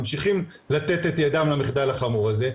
ממשיכים לתת את ידם למחדל החמור הזה,